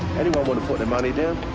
anybody want to put their money down?